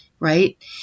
Right